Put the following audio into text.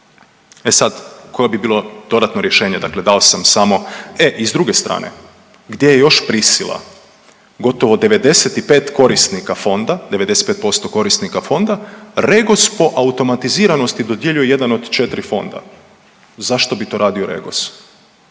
E sad, koje bi bilo dodatno rješenje? Dakle dao samo, e i s druge strane, gdje je još prisila? Gotovo 95 korisnika fonda, 95% korisnika fonda, REGOS po automatiziranosti dodjeljuje jedan od 4 fonda. Zašto bi to radio REGOS?